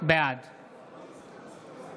בעד